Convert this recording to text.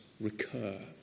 recur